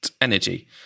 energy